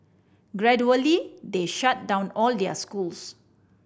gradually they shut down all their schools